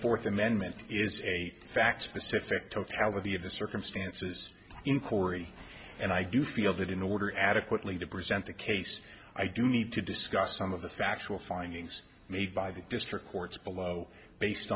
fourth amendment is a fact pacific totality of the circumstances inquiry and i do feel that in order adequately to present the case i do need to discuss some of the factual findings made by the district courts below based